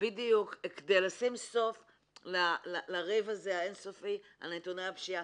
כדי לשים סוף לריב האין-סופי על נתוני הפשיעה.